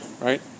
right